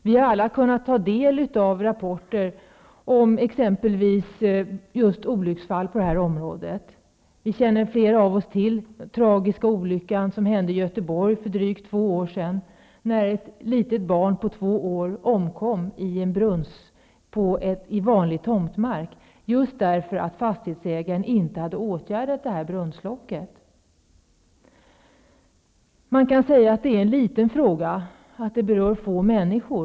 Vi har alla kunnat ta del av rapporter om olycksfall på det här området. Flera av oss känner till den tragiska olyckan i Göteborg för drygt två år sedan, när ett litet barn på två år omkom på vanlig tomtmark därför att fastighetsägaren inte hade åtgärdat ett brunnslock. Man kan påstå att frågan är liten och att den berör få människor.